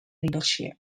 leadership